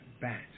Bad